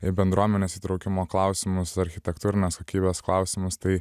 ir bendruomenės įtraukimo klausimus architektūrinės kokybės klausimus tai